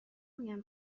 میگن